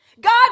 God